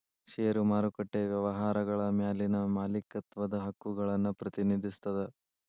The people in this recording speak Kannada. ಷೇರು ಮಾರುಕಟ್ಟೆ ವ್ಯವಹಾರಗಳ ಮ್ಯಾಲಿನ ಮಾಲೇಕತ್ವದ ಹಕ್ಕುಗಳನ್ನ ಪ್ರತಿನಿಧಿಸ್ತದ